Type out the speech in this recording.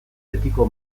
betiko